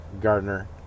Gardner